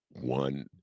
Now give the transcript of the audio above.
One